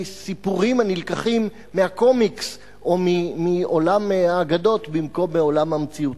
סיפורים הנלקחים מהקומיקס או מעולם האגדות במקום מהעולם המציאותי.